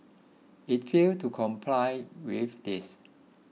it failed to comply with this